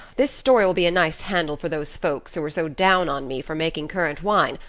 this story will be a nice handle for those folks who are so down on me for making currant wine,